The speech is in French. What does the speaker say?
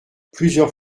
plusieurs